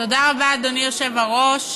תודה רבה, אדוני היושב-ראש,